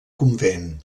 convent